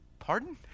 pardon